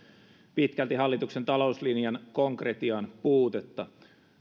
pitkälti hallituksen talouslinjan konkretian puutetta